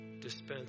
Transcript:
dispense